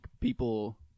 people